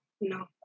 No